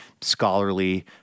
scholarly